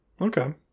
okay